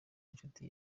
inshuti